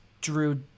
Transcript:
Drew